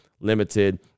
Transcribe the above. limited